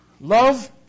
Love